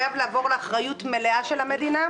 חייב לעבור לאחריות מלאה של המדינה.